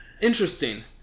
Interesting